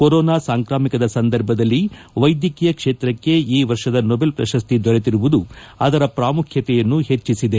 corona ಸಾಂಕ್ರಾಮಿಕದ ಸಂದರ್ಭದಲ್ಲಿ ವೈದ್ಯಕೀಯ ಕ್ಷೇತ್ರಕ್ಕೆ ಈ ವರ್ಷದ ನೋಬಲ್ ಪ್ರಶಸ್ತಿ ದೊರೆತಿರುವುದು ಅದರ ಪ್ರಾಮುಖ್ಯತೆಯನ್ನು ಹೆಚ್ಚಿಸಿದೆ